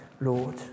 Lord